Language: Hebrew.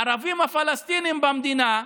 הערבים הפלסטינים במדינה,